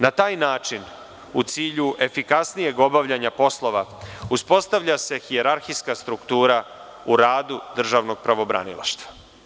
Na taj način, u cilju efikasnijeg obavljanja poslova, uspostavlja se hijerarhijska struktura u radu državnog pravobranilaštva.